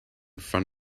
front